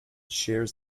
shares